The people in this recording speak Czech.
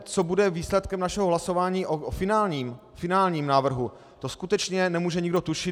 Co bude výsledkem našeho hlasování o finálním návrhu, to skutečně nemůže nikdo tušit.